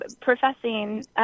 professing